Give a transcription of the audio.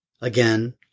again